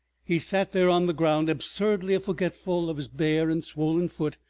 he sat there on the ground, absurdly forgetful of his bare and swollen foot,